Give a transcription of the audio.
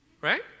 right